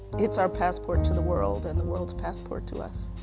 it's our passport to the world and the world's passport to us.